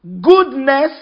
goodness